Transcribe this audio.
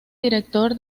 director